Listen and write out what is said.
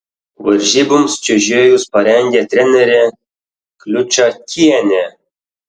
varžyboms čiuožėjus parengė trenerė kliučakienė